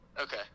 Okay